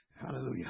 Hallelujah